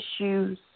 issues